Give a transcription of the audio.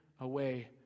away